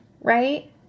right